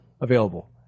available